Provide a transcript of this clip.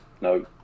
No